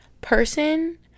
person